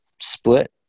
split